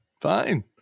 Fine